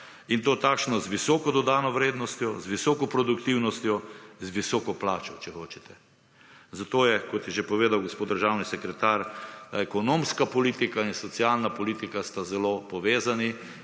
in to takšna z visoko dodano vrednostjo, z visoko produktivnostjo, z visoko plačo, če hočete. Zato je, kot je že povedal gospod državni sekretar, ekonomska politika in socialna politika sta zelo povezani.